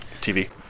TV